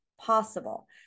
possible